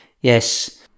Yes